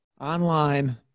online